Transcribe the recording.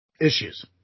issues